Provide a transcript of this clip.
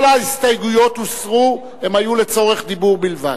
כל ההסתייגויות הוסרו, הן היו לצורך דיון בלבד.